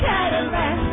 Cadillac